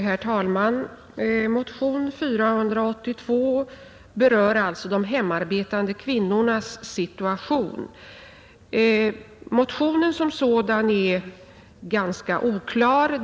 Herr talman! Motion 482 berör de hemarbetande kvinnornas situation. Motionen som sådan är ganska oklar.